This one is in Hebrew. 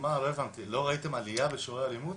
מה, לא ראיתם עליה בשיעורי האלימות?